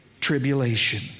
tribulation